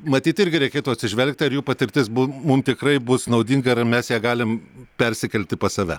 matyt irgi reikėtų atsižvelgti ar jų patirtis bu mum tikrai bus naudinga ar mes ją galim persikelti pas save